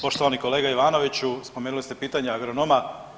Poštovani kolega Ivanoviću, spomenuli ste pitanje agronoma.